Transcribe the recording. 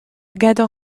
gador